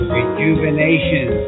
Rejuvenation